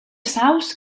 saus